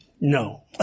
no